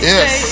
Yes